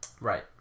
Right